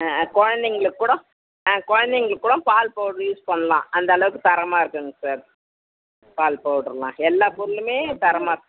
ஆ ஆ குழந்தைங்களுக்கு கூட ஆ குழந்தைங்களுக்கு கூட பால் பவுட்ரு யூஸ் பண்ணலாம் அந்தளவுக்கு தரமாக இருக்குங்க சார் பால் பவுட்ரெலாம் எல்லாப் பொருளுமே தரமாக இருக்கு